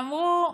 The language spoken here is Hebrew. אמרו: